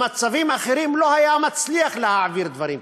במצבים אחרים הוא לא היה מצליח להעביר דברים כאלה.